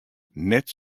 net